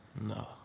no